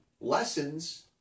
lessons